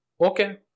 Okay